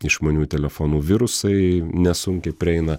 išmaniųjų telefonų virusai nesunkiai prieina